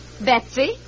Betsy